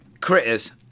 critters